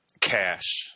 Cash